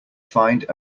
find